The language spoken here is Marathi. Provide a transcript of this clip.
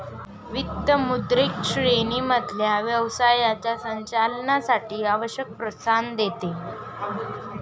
वित्त सगळ्या श्रेणी मधल्या व्यवसायाच्या संचालनासाठी आवश्यक प्रोत्साहन देते